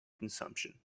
consumption